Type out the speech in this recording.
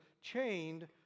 chained